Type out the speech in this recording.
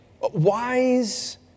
Wise